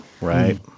Right